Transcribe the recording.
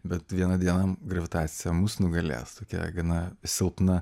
bet vieną dieną gravitacija mus nugalės tokia gana silpna